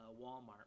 Walmart